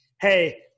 hey